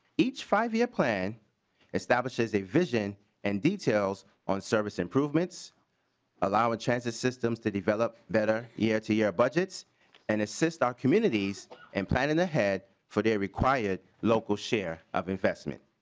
each five-year plan establishes a vision and details on service improvements allowing transit systems to develop better yeah prt yeah budgets and assist our committees and planning ahead for the requirred local share of assessment.